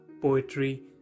poetry